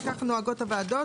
בדרך כלל כך נוהגות הוועדות,